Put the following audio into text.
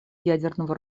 ядерного